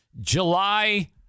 July